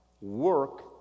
work